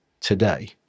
today